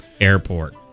airport